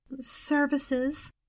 services